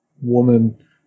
woman